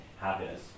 happiness